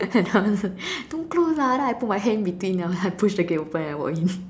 and then I was like don't close lah then I put my hands in between then I push the gate open and then I walk in